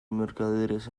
mercaderes